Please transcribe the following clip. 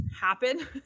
happen